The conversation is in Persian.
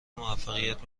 موفقیت